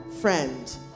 friend